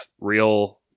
real